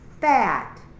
fat